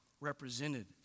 represented